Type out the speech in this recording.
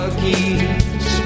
keys